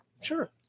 Sure